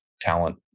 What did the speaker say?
talent